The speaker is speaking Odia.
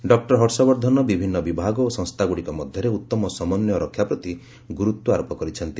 ଡକ୍କର ହର୍ଷବର୍ଦ୍ଧନ ବିଭିନ୍ନ ବିଭାଗ ଓ ସଂସ୍ଥାଗ୍ରଡ଼ିକ ମଧ୍ୟରେ ଉତ୍ତମ ସମନ୍ୱୟ ରକ୍ଷା ପ୍ରତି ଗୁରୁତ୍ୱ ଆରୋପ କରିଛନ୍ତି